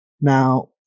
Now